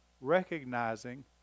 recognizing